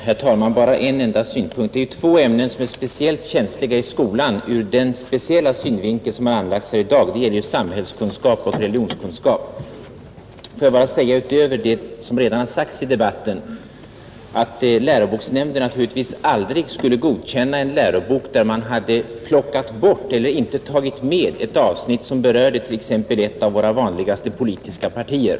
Herr talman! Bara en enda synpunkt. Det är två ämnen i skolan som är särskilt känsliga ur den speciella synvinkel som har anlagts här i dag, och det är samhällskunskap och religionskunskap. ; år jag utöver det som redan har anförts i debatten säga att läroboksnämnden naturligtvis aldrig skulle godkänna en lärobok i samhällskunskap där man inte tagit med ett avsnitt som berörde t.ex. ett av våra vanligaste politiska partier.